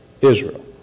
Israel